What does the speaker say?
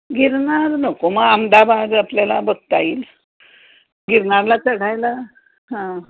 गिरनार नको मग अहमदाबाद आपल्याला बघता ईल गिरनारला चढायला हां